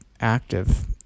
active